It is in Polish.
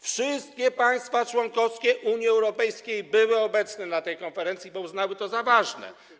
Wszystkie państwa członkowskie Unii Europejskiej były obecne na tej konferencji, bo uznały to za ważne.